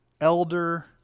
elder